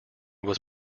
was